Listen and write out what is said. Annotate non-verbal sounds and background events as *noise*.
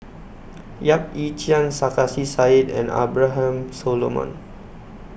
*noise* Yap Ee Chian Sarkasi Said and Abraham Solomon